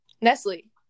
Nestle